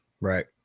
Right